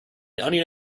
onion